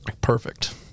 Perfect